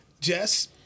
Jess